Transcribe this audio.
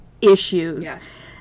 issues